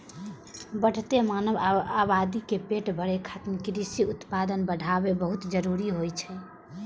बढ़ैत मानव आबादी के पेट भरै खातिर कृषि उत्पादन बढ़ाएब बहुत जरूरी होइ छै